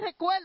recuerdo